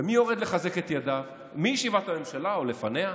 ומי יורד לחזק את ידיו מישיבת הממשלה, או לפניה?